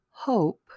Hope